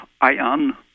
ion